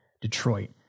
Detroit